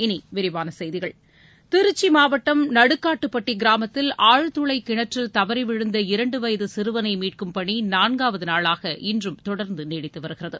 இனி விரிவான செய்திகள் திருச்சி மாவட்டம் நடுக்காட்டுப்பட்டி கிராமத்தில் ஆழ்துளை கிணற்றில் தவறி விழுந்த இரண்டு வயது சிறுவனை மீட்கும் பணி நான்காம் நாளாக இன்றும் தொடர்ந்து நீடித்து வருகிறது